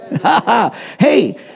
Hey